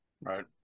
Right